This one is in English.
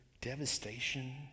devastation